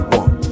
one